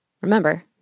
Remember